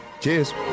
Cheers